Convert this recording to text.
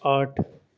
آٹھ